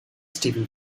stephen